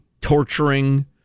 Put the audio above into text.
torturing